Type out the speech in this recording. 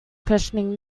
questioning